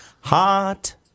hot